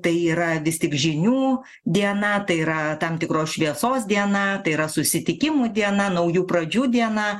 tai yra vis tik žinių diena tai yra tam tikros šviesos diena tai yra susitikimų diena naujų pradžių diena